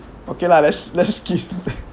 okay lah let's let's skip